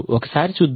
ఒకసారిచూద్దాం